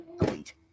elite